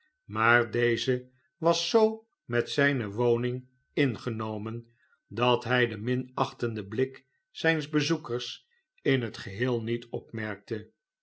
maar deze was zoo met zijne woning ingenomen dat hij den minachtenden blik zijns bezoekers in het geheel niet opmerkte